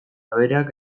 abereak